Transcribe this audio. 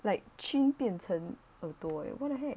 like chin 变成耳朵 eh what the heck